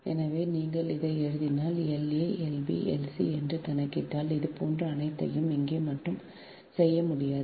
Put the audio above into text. எனவே நீங்கள் இதை எழுதினால் La Lb Lc என்று கணக்கிட்டால் இது போன்ற அனைத்தையும் இங்கே மட்டும் செய்ய முடியாது